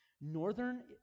northern